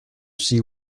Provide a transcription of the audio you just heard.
see